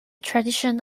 tradition